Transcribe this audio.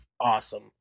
awesome